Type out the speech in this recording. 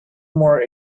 more